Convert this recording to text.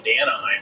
Anaheim